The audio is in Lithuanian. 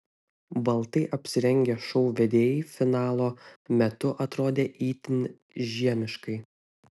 baltai apsirengę šou vedėjai finalo metu atrodė itin žiemiškai